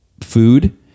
food